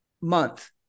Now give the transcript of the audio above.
month